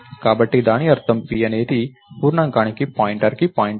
కాబట్టి దాని అర్థం p అనేది పూర్ణాంకానికి పాయింటర్కి పాయింటర్